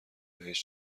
بهش